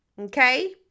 Okay